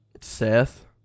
Seth